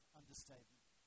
understatement